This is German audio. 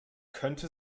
könnte